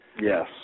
Yes